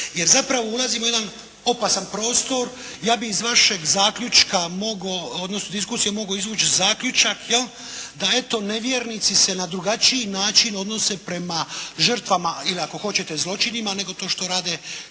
Jer zapravo ulazimo u jedan opasan prostor. Ja bih iz vaše diskusije mogao izvući zaključak da eto nevjernici se na drugačiji način odnose prema žrtvama ili ako hoćete zločinima nego što to rade